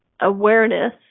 awareness